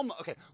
Okay